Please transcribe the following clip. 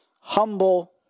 humble